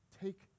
take